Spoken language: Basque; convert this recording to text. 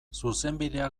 zuzenbidea